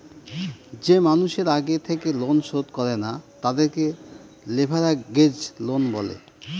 যে মানুষের আগে থেকে লোন শোধ করে না, তাদেরকে লেভেরাগেজ লোন বলে